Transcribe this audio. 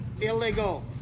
illegal